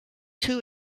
two